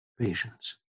patience